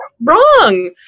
wrong